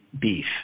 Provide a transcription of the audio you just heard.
beef